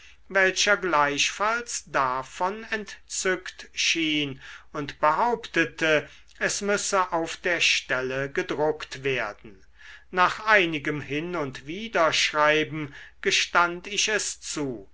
welcher gleichfalls davon entzückt schien und behauptete es müsse auf der stelle gedruckt werden nach einigem hin und widerschreiben gestand ich es zu